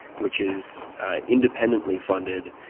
which is independently funded